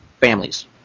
families